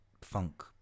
funk